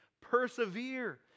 Persevere